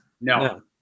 No